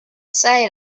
say